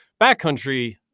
backcountry